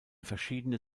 verschiedene